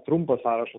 trumpą sąrašą